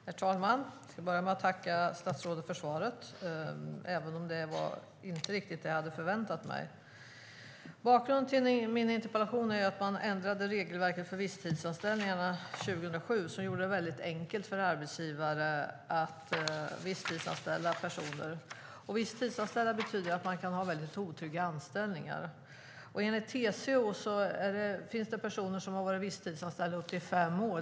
Herr talman! Jag vill börja med att tacka statsrådet för svaret även om det inte riktigt var det som jag hade förväntat mig. Bakgrunden till min interpellation är att man ändrade regelverket för visstidsanställningarna 2007 och gjorde det enkelt för arbetsgivare att visstidsanställa personer. Att visstidsanställa betyder att man kan ha väldigt otrygga anställningar. Enligt TCO finns det personer som har varit visstidsanställda i upp till fem år.